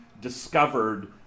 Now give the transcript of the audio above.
discovered